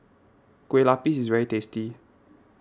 Kueh Lapis is very tasty